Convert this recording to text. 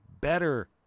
better